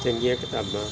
ਚੰਗੀਆਂ ਕਿਤਾਬਾਂ